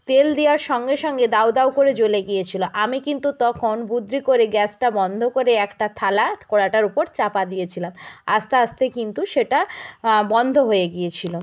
তেল দেওয়ার সঙ্গে সঙ্গে দাউ দাউ করে জ্বলে গিয়েছিল আমি কিন্তু তখন বুদ্ধি করে গ্যাসটা বন্ধ করে একটা থালা কড়াটার ওপর চাপা দিয়েছিলাম আস্তে আস্তে কিন্তু সেটা বন্ধ হয়ে গিয়েছিল